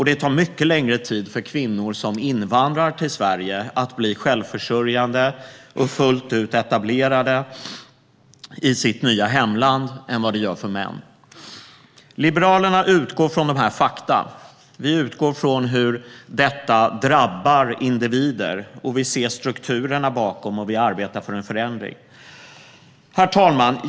Det tar mycket längre tid för kvinnor som invandrar till Sverige att bli självförsörjande och fullt ut etablerade i sitt nya hemland än vad det gör för män. Liberalerna utgår från dessa fakta. Vi utgår från hur detta drabbar individer. Vi ser strukturerna bakom, och vi arbetar för en förändring. Herr talman!